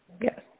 yes